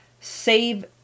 save